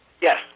Yes